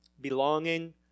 Belonging